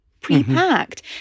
pre-packed